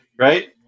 right